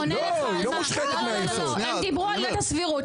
לא, לא, הם דיברו על עילת הסבירות.